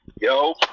Yo